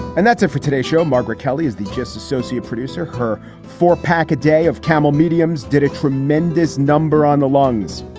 and that's it for today's show, margaret kelly is the just associate producer. her four pack a day of camel mediums did a tremendous number on the lungs.